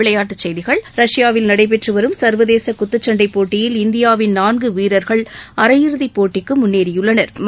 விளையாட்டுச் செய்திகள் ரஷ்யாவில் நடைபெற்று வரும் சர்வதேச குத்துச்சண்டை போட்டியில் இந்தியாவின் நான்கு வீரர்கள் அரையிறுதிப் போட்டியில் விளையாட தகுதி பெற்றுள்ளனா்